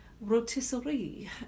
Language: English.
rotisserie